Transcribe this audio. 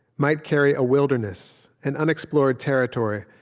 might carry a wilderness, an unexplored territory,